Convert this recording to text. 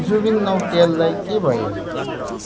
जुबिन नौटियाललाई के भयो